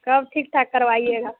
कब ठीक करवाइएगा